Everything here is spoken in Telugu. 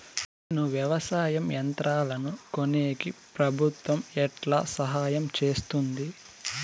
నేను వ్యవసాయం యంత్రాలను కొనేకి ప్రభుత్వ ఎట్లా సహాయం చేస్తుంది?